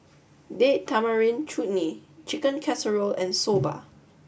date Tamarind Chutney Chicken Casserole and Soba